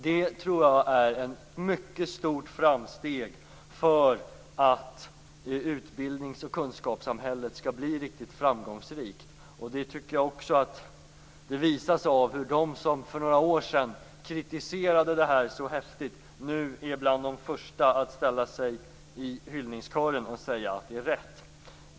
Jag tror att det är ett mycket stort framsteg för att utbildnings och kunskapssamhället skall bli riktigt framgångsrikt. Jag tycker att det visas av hur de som för några år sedan kritiserade det här så häftigt nu är bland de första att ställa sig i hyllningskören och säga att det är rätt.